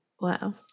Wow